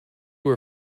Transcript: were